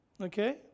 okay